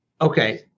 okay